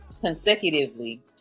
consecutively